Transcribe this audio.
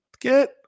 get